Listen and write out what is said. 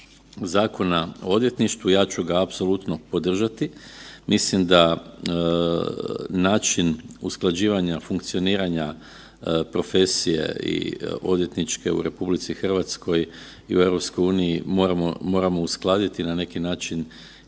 Zakona o odvjetništvu ja ću ga apsolutno podržati. Mislim da način usklađivanja funkcioniranja profesije i odvjetničke u RH i u EU moramo, moramo uskladiti i na neki način